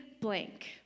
blank